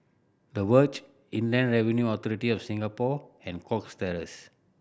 The Verge Inland Revenue Authority of Singapore and Cox Terrace